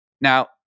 Now